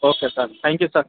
okay sir thank you sir